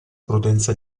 prudenza